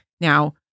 Now